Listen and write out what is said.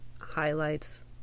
highlights